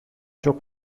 çok